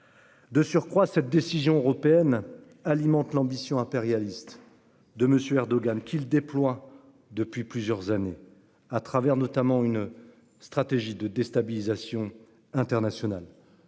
De surcroît, cette décision européenne alimente l'ambition impérialiste de M. Erdogan, qu'il déploie depuis plusieurs années, à travers notamment une stratégie de déstabilisation internationale.